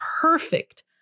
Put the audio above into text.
perfect